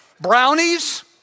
brownies